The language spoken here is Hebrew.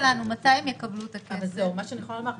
מתי הם יקבלו את הכסף מרגע האישור שלנו?